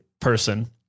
person